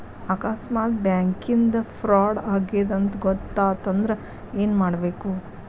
ಆಕಸ್ಮಾತ್ ಬ್ಯಾಂಕಿಂದಾ ಫ್ರಾಡ್ ಆಗೇದ್ ಅಂತ್ ಗೊತಾತಂದ್ರ ಏನ್ಮಾಡ್ಬೇಕು?